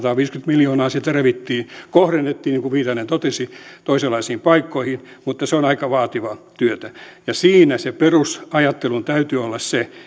miljoonaa sieltä revittiin kohdennettiin niin kuin viitanen totesi toisenlaisiin paikkoihin mutta se on aika vaativaa työtä ja siinä sen perusajattelun täytyy olla se